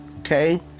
Okay